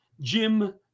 Jim